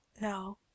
No